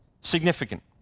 Significant